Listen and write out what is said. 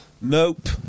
Nope